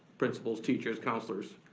principals, teachers, counselors,